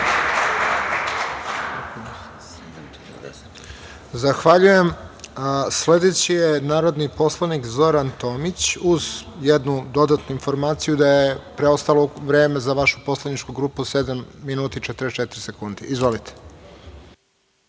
Zahvaljujem. Sledeći je narodni poslanik Zoran Tomić. Dodatna informacija, da je preostalo vreme za vašu poslaničku grupu sedam minuta i 44 sekunde. Izvolite.